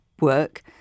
work